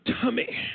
tummy